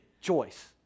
choice